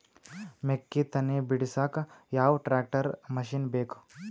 ಮೆಕ್ಕಿ ತನಿ ಬಿಡಸಕ್ ಯಾವ ಟ್ರ್ಯಾಕ್ಟರ್ ಮಶಿನ ಬೇಕು?